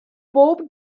bob